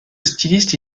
styliste